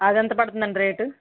అదెంత పడుతుందండి రేటు